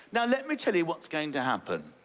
now, let me tell you what's going to happen.